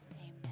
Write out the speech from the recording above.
Amen